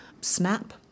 snap